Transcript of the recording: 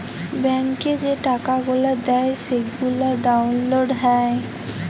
ব্যাংকে যে টাকা গুলা দেয় সেগলা ডাউল্লড হ্যয়